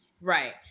Right